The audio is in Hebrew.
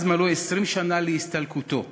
אז מלאו 20 שנה להסתלקותו מעינינו.